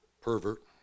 Pervert